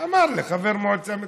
ככה אמר לי חבר מועצה מקומית.